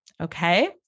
Okay